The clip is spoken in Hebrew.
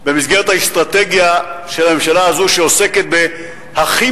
במסגרת האסטרטגיה של הממשלה הזאת שעוסקת ב"הכי